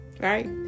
right